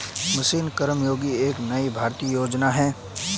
mission Karmayogi एक नई भारतीय योजना है